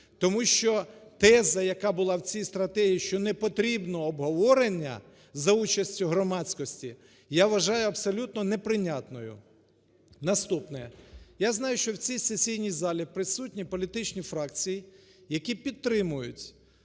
тому що теза, яка була в цій стратегії, що непотрібне обговорення за участю громадськості, я вважаю абсолютно неприйнятною. Наступне. Я знаю, що у цій сесійній залі присутні політичні фракції, які підтримують